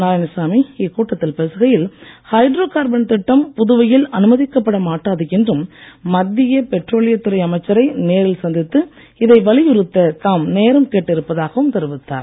நாராயணசாமி இக்கூட்டத்தில் பேசுகையில் hydro carbon திட்டம் புதுவையில் அனுமதிக்கப்பட மாட்டாது என்றும் மத்திய பெட்ரோலிய துறை அமைச்சரை நேரில் சந்தித்து இதை வலியுறுத்த தாம் நேரம் கேட்டு இருப்பதாகவும் தெரிவித்தார்